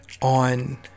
On